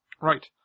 Right